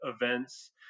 events